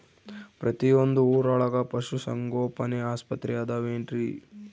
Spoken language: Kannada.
ಪ್ರತಿಯೊಂದು ಊರೊಳಗೆ ಪಶುಸಂಗೋಪನೆ ಆಸ್ಪತ್ರೆ ಅದವೇನ್ರಿ?